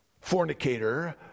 fornicator